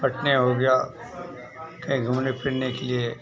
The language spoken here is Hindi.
पटने हो गया कहीं घूमने फिरने के लिए